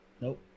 Nope